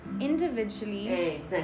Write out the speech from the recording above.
individually